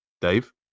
Dave